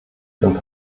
sind